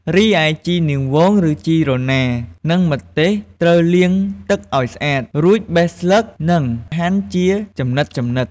រីឯជីនាងវង ឬជីរណា និងម្ទេសត្រូវលាងទឹកឱ្យស្អាត រួចបេះស្លឹក និងហាន់ជាចំណិតៗ។